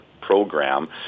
program